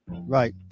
right